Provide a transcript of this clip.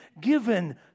given